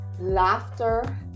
Laughter